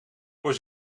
voor